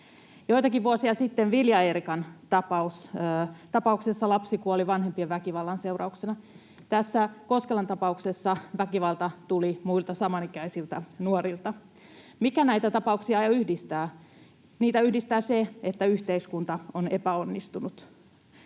Joitakin vuosia sitten Vilja Eerikan tapauksessa lapsi kuoli vanhempien väkivallan seurauksena. Tässä Koskelan tapauksessa väkivalta tuli muilta samanikäisiltä nuorilta. Mikä näitä tapauksia yhdistää? Niitä yhdistää se, että yhteiskunta on epäonnistunut.